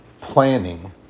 planning